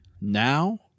now